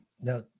No